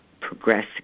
progress